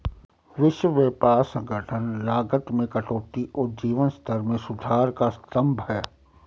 विश्व व्यापार संगठन लागत में कटौती और जीवन स्तर में सुधार का स्तंभ है